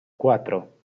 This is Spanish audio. cuatro